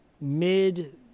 mid